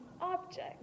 object